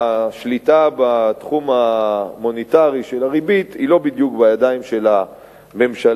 השליטה בתחום המוניטרי של הריבית היא לא בדיוק בידיים של הממשלה,